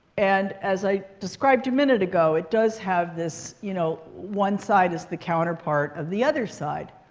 and as i described a minute ago, it does have this you know one side is the counterpart of the other side.